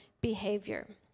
behavior